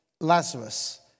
Lazarus